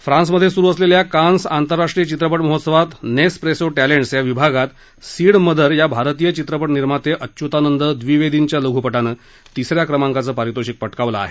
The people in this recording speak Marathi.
फ्रान्स मध्ये स्रू असलेल्या कान्स आंतरराष्ट्रीय चित्रपट महोत्सवात नेसप्रेसो टॅलेंट्स या विभागात सीड मदर या भारतीय चित्रपट निर्माते अच्युतानंद द्विवेदींच्या लघुपटानं तिसऱ्या क्रमांकाचं पारितोषिक पटकावलं आहे